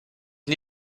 une